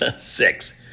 six